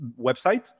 website